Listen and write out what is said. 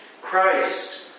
Christ